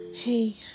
Hey